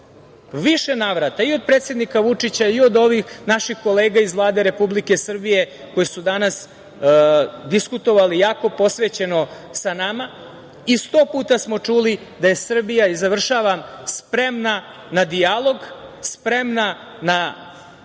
više navrata, i od predsednika Vučića i od ovih naših kolega iz Vlade Republike Srbije koji su danas diskutovali jako posvećeno sa nama, i sto puta smo čuli da je Srbija spremna na dijalog, spremna na